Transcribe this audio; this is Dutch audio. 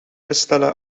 bestellen